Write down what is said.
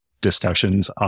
discussions